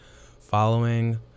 Following